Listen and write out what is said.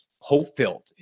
hope-filled